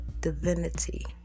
divinity